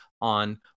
on